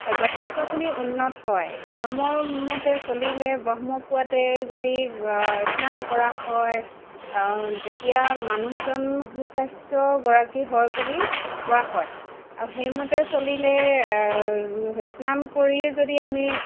যথেষ্টখিনি উন্নত হয় ধৰ্মৰ মতে চলিলে ব্ৰহ্মপুৱাতে যদি স্নান কৰা হয় তেতিয়া মানুহজন সু স্বাস্থ্যগৰাকী হয় বুলি কোৱা হয় আৰু সেইমতে চলিলে স্নান কৰিয়ে যদি আমি